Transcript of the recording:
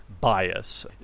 bias